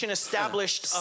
established